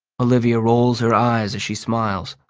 olivia rolls her eyes as she smiles.